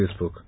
Facebook